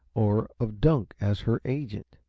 or of dunk as her agent.